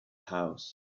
house